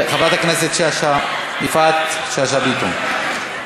חברת הכנסת יפעת שאשא ביטון.